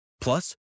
Plus